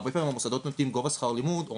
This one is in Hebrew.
הרבה מאוד המוסדות נותנים גובה שכר לימוד או